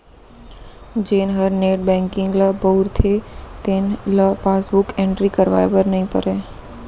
जेन हर net banking ल बउरथे तेन ल पासबुक एंटरी करवाए बर नइ परय